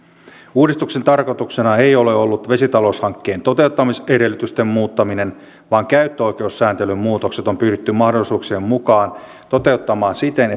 uudistuksen tarkoituksena ei ole ollut vesitaloushankkeen toteuttamisedellytysten muuttaminen vaan käyttöoikeussääntelyn muutokset on pyritty mahdollisuuksien mukaan toteuttamaan siten